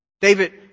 David